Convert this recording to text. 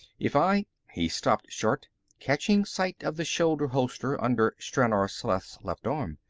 if i he stopped short, catching sight of the shoulder holster under stranor sleth's left arm.